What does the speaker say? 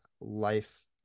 life